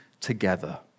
together